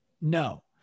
No